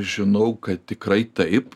žinau kad tikrai taip